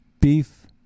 beef